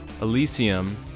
Elysium